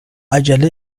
عجله